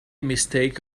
mistake